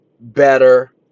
better